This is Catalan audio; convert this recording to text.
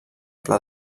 pla